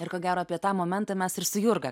ir ko gero apie tą momentą mes ir su jurga